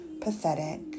pathetic